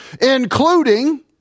including